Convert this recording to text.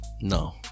No